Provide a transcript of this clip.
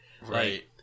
Right